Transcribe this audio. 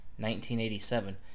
1987